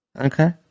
Okay